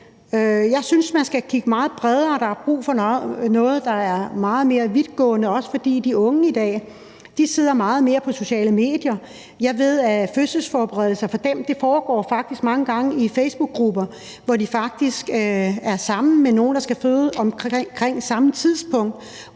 Jeg synes, man skal kigge meget bredere, for der er brug for noget, der er meget mere vidtgående, også fordi de unge i dag sidder meget mere på sociale medier, og jeg ved, at fødselsforberedelse for dem faktisk mange gange foregår i facebookgrupper, hvor de er sammen med andre, der skal føde omkring samme tidspunkt,